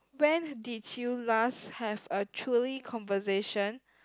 when did you last have a truly conversation